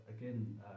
again